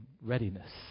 readiness